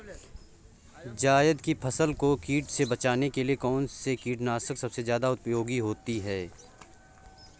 जायद की फसल को कीट से बचाने के लिए कौन से कीटनाशक सबसे ज्यादा उपयोगी होती है?